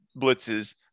blitzes